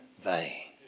vain